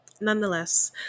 nonetheless